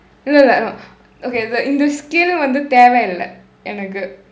இல்லை இல்லை:illai illai no okay but இந்த:indtha skill வந்து தேவையில்லை எனக்கு:vandthu theevaiyillai enakku